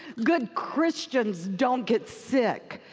good christians don't get sick.